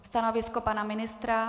Stanovisko pana ministra?